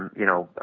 you know,